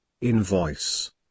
Invoice